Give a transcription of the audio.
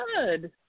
Good